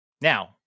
now